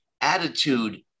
attitude